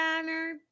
Banner